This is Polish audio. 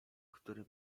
którym